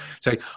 Say